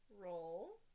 roll